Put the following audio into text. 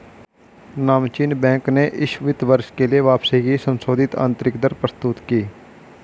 नामचीन बैंक ने इस वित्त वर्ष के लिए वापसी की संशोधित आंतरिक दर प्रस्तुत की